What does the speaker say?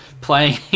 playing